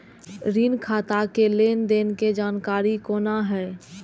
ऋण खाता के लेन देन के जानकारी कोना हैं?